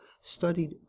studied